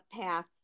path